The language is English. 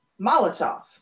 molotov